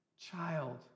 child